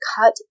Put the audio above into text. cut